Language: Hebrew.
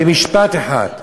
במשפט אחד.